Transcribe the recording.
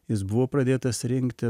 jis buvo pradėtas rinkti